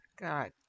God